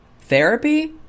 Therapy